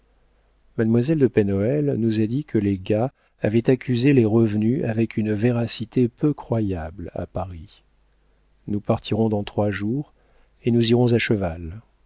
mademoiselle de pen hoël nous a dit que les gars avaient accusé les revenus avec une véracité peu croyable à paris nous partirons dans trois jours et nous irons à cheval